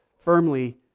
Firmly